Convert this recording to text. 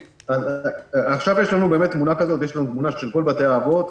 עכשיו יש לנו תמונה של כל בתי-האבות,